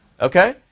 okay